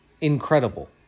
incredible